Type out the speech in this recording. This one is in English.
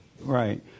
right